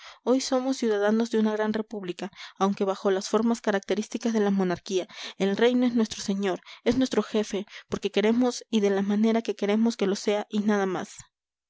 hoy somos ciudadanos de una gran república aunque bajo las formas características de la monarquía el rey no es nuestro señor es nuestro jefe porque queremos y de la manera que queremos que lo sea y nada más